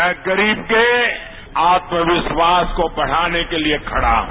मैं गरीब के आत्मविश्वास को बढ़ाने के लिए खड़ा है